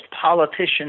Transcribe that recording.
politicians